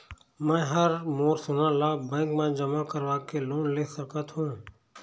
मैं हर मोर सोना ला बैंक म जमा करवाके लोन ले सकत हो?